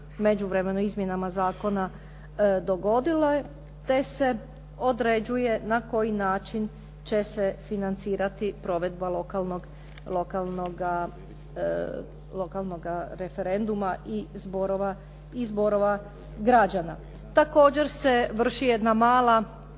međuvremenu izmjenama zakona dogodilo te se određuje na koji način će se financirati provedba lokalnoga referenduma i zborova građana. Također se vrši jedno malo